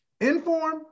inform